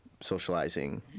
socializing